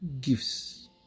gifts